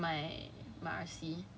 a last minute decision [what] remember